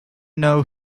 know